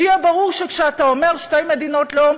שיהיה ברור שכשאתה אומר: שתי מדינות לאום,